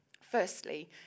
Firstly